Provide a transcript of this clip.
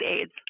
aids